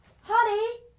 Honey